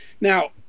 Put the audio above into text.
now